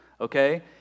okay